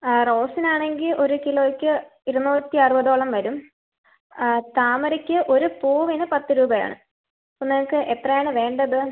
റോസിന് ആണെങ്കിൽ ഒരു കിലോയ്ക്ക് ഇരുന്നൂറ്റി അറുപതോളം വരും താമരയ്ക്ക് ഒരു പൂവിന് പത്ത് രൂപ ആണ് ഇപ്പം നിങ്ങൾക്ക് എത്ര ആണ് വേണ്ടത്